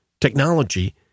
technology